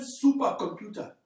supercomputer